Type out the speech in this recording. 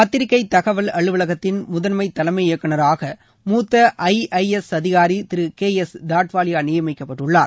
பத்திரிகை தகவல் அலுவலகத்தின் முதன்மை தலைமை இயக்குநராக மூத்த ஐ ஐ எஸ் அதிகாரி திரு கே எஸ் தாட்வாலியா நியமிக்கப்பட்டுள்ளார்